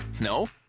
No